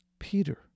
Peter